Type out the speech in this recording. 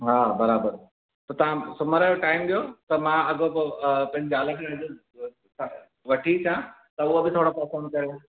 हा बराबरि त तव्हां सूमर जो टाइम ॾियो त मां अॻो पोइ अ पंहिंजी ज़ाल खे वठी अचां त उहो बि थोरो पसंदि करे